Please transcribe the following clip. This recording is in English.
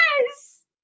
Yes